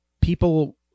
people